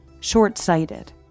short-sighted